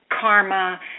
karma